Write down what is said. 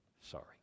Sorry